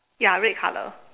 ya red color